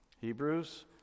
Hebrews